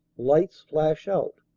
lights flash out.